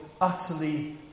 utterly